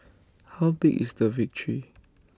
how big is the victory